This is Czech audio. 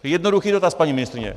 To je jednoduchý dotaz, paní ministryně.